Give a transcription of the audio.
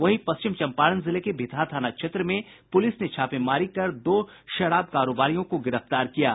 वहीं पश्चिम चंपारण जिले के भितहा थाना क्षेत्र में पुलिस ने छापेमारी कर दो शराब कारोबारियों को गिरफ्तार किया है